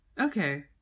Okay